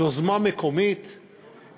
יוזמה מקומית,